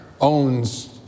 owns